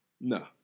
no